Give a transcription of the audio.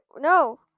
no